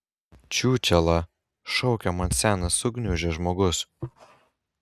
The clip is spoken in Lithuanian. čiūčela šaukia man senas sugniužęs žmogus